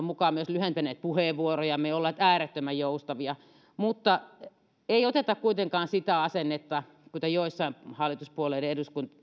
mukaan myös lyhentäneet puheenvuorojamme ja olleet äärettömän joustavia ei oteta kuitenkaan sitä asennetta mikä joissain hallituspuolueiden